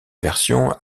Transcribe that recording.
version